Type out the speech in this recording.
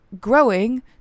growing